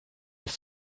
ist